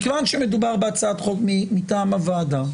מכיוון שמדובר בהצעת חוק מטעם הוועדה,